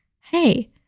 hey